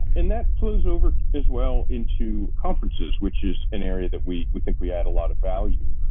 and that close over as well into conferences which is an area that we we think we had a lot of value.